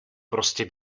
prostě